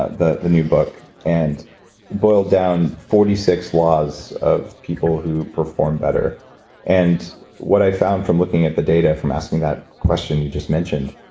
ah the the new book and boiled down forty six laws of people who perform better and what i found from looking at the data from asking that question you just mentioned,